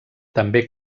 també